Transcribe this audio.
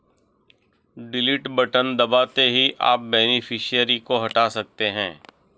delete button दबाते ही आप बेनिफिशियरी को हटा सकते है